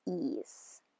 ease